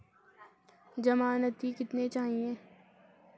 ज़मानती कितने चाहिये?